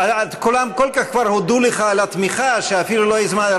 כולם כבר כל כך הודו לך על התמיכה שאפילו לא הזמנתי אותך.